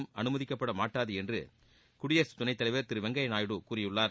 இந்தியாவின் அனுமதிக்கப்பட மாட்டாது என்று குடியரசுத்துணைத்தலைவர் திரு வெங்கய்யா நாயுடு கூறியுள்ளார்